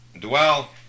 Dwell